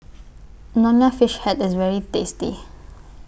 Nonya Fish Head IS very tasty